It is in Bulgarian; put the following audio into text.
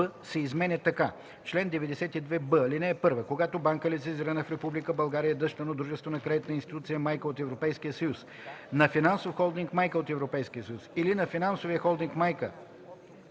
се изменя така: „Чл. 92б. (1) Когато банка, лицензирана в Република България, е дъщерно дружество на кредитна институция майка от Европейския съюз, на финансов холдинг майка от Европейския съюз или на финансовия холдинг майка